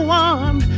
one